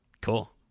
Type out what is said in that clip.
Cool